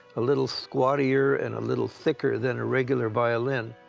a little squatier and a little thicker than a regular violin.